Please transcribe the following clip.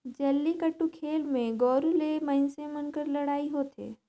जल्लीकट्टू खेल मे गोरू ले मइनसे मन कर लड़ई होथे